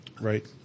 Right